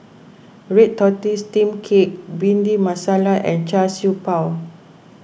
Red Tortoise Steamed Cake Bhindi Masala and Char Siew Bao